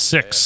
Six